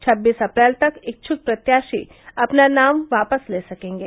छबीस अप्रैल तक इच्छ्क प्रत्याशी अपना नाम वापस ले सकेंगे